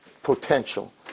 Potential